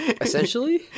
essentially